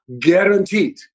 guaranteed